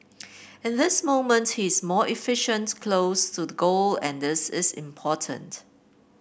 in this moment he is more efficient close to the goal and this is important